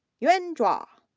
yuen zhou. um